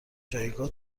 جایگاه